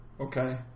Okay